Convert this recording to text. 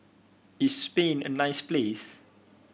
is Spain a nice place